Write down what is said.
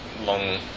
long